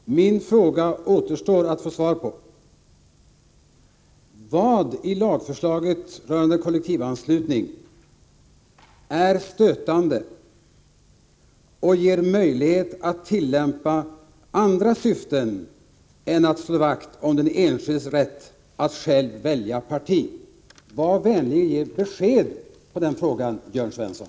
Herr talman! Min fråga återstår att få svar på: Vad i lagförslaget rörande kollektivanslutning är stötande och ger möjlighet att tillgodose andra syften än att slå vakt om den enskildes rätt att själv välja parti? Var vänlig ge svar på den frågan, Jörn Svensson!